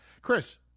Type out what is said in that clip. Chris